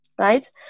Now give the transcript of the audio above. right